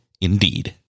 indeed